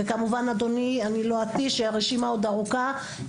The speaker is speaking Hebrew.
וכמובן אדוני אני לא אתיש הרשימה עוד ארוכה,